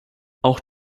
auch